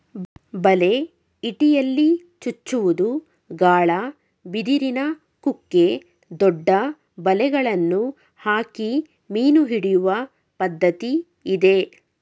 ಬಲೆ, ಇಟಿಯಲ್ಲಿ ಚುಚ್ಚುವುದು, ಗಾಳ, ಬಿದಿರಿನ ಕುಕ್ಕೆ, ದೊಡ್ಡ ಬಲೆಗಳನ್ನು ಹಾಕಿ ಮೀನು ಹಿಡಿಯುವ ಪದ್ಧತಿ ಇದೆ